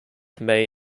may